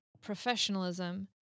professionalism